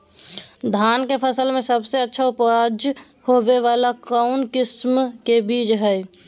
धान के फसल में सबसे अच्छा उपज होबे वाला कौन किस्म के बीज हय?